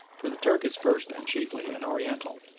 for the turk is first and chiefly an oriental,